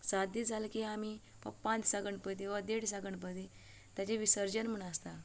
सात दीस जाले की आमी तो प पांच दिसा गणपती वा देड दिसा गणपती तेजें विसर्जन म्हण आसता